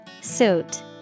Suit